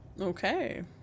okay